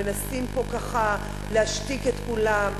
מנסים פה להשתיק את כולם,